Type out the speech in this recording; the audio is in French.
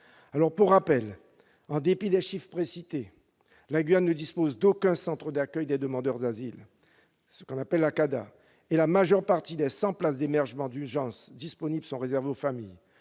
Pour rappel, en dépit des chiffres précités, la Guyane ne dispose d'aucun centre d'accueil de demandeurs d'asile, ou CADA, et la majeure partie des cent places d'hébergement d'urgence disponibles sont réservées aux familles.